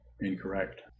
incorrect